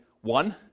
one